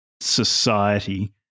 society